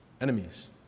enemies